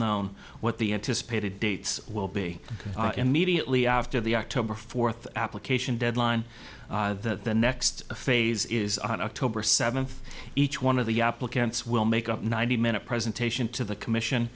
known what the anticipated dates will be immediately after the october fourth application deadline that the next phase is on october seventh each one of the applicants will make up ninety minute presentation to the mission